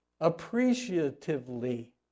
appreciatively